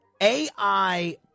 AI